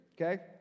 Okay